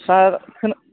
sir